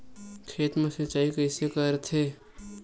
खेत मा सिंचाई कइसे करथे?